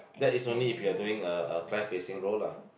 that is only if you are doing a a client facing role lah